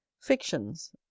fictions